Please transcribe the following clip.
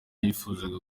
yifuzaga